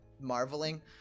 marveling